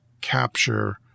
Capture